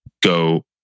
go